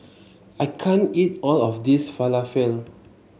I can't eat all of this Falafel